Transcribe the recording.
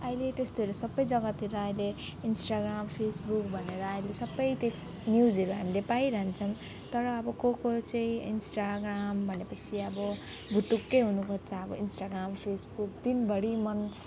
अहिले त्यस्तोहरू सबै जग्गातिर अहिले इन्स्टाग्राम फेसबुक भनेर आहिले सबै त्यो न्युजहरू हामीले पाइरहन्छौँ तर अब को को चाहिँ इन्स्टाग्राम भनेपछि अब भुतुक्कै हुनुखोज्छ अब इन्स्टाग्राम फेसबुक दिनभरि मन